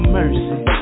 mercy